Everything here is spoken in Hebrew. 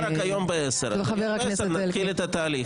וזה יוצבע רק היום בעשר, בעשר נתחיל את התהליך.